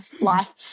life